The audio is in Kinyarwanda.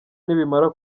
nibimara